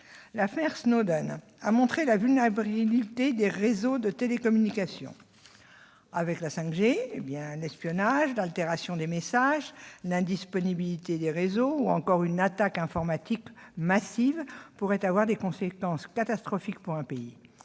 L'affaire Snowden a montré la vulnérabilité des réseaux de télécommunications. Avec la 5G, l'espionnage, l'altération des messages, l'indisponibilité du réseau ou une attaque informatique massive pourraient avoir des conséquences catastrophiques pour un pays.